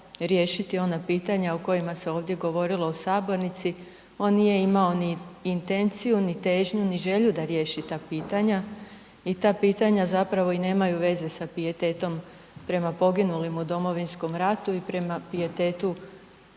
riješiti ona pitanja u kojima se ovdje govorilo u sabornici. On nije imao ni intenciju ni težnju ni želju da riješi ta pitanja i ta pitanja zapravo i nemaju veze sa pijetetom prema poginulim u Domovinskom ratu i prema pijetetu